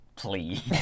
Please